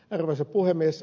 arvoisa puhemies